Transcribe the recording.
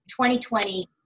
2020